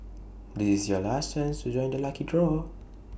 this is your last chance to join the lucky draw